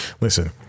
Listen